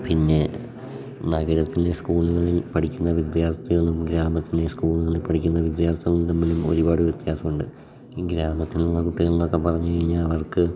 പിന്നെ നഗരത്തിലെ സ്കൂളുകളിൽ പഠിക്കുന്ന വിദ്യാർത്ഥികളും ഗ്രാമത്തിലെ സ്കൂളുകളിൽ പഠിക്കുന്ന വിദ്യാർത്ഥികളും തമ്മിലും ഒരുപാട് വ്യത്യാസമുണ്ട് ഈ ഗ്രാമത്തിലുള്ള കുട്ടികൾ എന്നൊക്കെ പറഞ്ഞു കഴിഞ്ഞാൽ അവർക്ക്